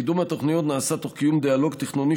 קידום התוכניות נעשה תוך קיום דיאלוג תכנוני